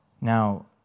Now